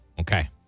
Okay